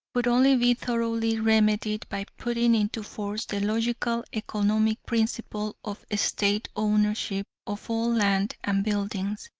could only be thoroughly remedied by putting into force the logical economic principle of state ownership of all land and buildings,